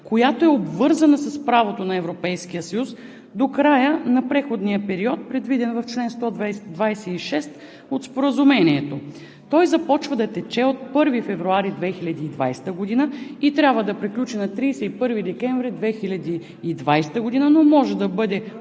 която е обвързана с правото на Европейския съюз до края на преходния период, предвиден в чл. 126 от Споразумението. Той започва да тече от 1 февруари 2020 г. и трябва да приключи на 31 декември 2020 г., но може да бъде